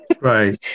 Right